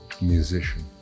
Musician